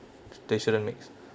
they shouldn't mix